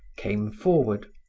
came forward.